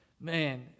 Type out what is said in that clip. man